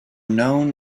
known